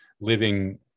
living